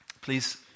please